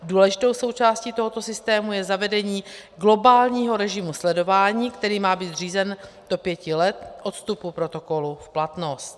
Důležitou součástí tohoto systému je zavedení globálního režimu sledování, který má být zřízen do pěti let od vstupu protokolu v platnost.